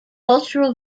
cultural